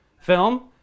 film